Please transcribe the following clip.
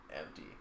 empty